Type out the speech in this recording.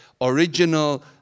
original